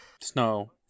Snow